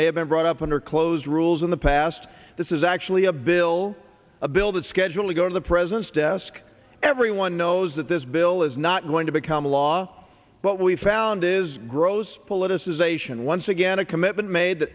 may have been brought up under close rules in the past this is actually a bill a bill that's scheduled to go to the president's desk everyone knows that this bill is not going to become law but we found is gross politicization once again a commitment made